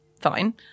Fine